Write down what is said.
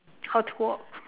how to walk